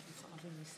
מצביעה פטין מולא,